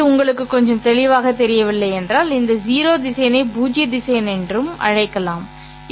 இது உங்களுக்கு கொஞ்சம் தெளிவாக தெரியவில்லை என்றால் இந்த 0 திசையனை பூஜ்ய திசையன் என்று அழைக்கலாம் சரி